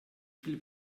viel